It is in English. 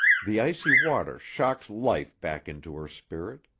the icy water shocked life back into her spirit.